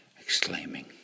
exclaiming